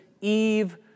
Eve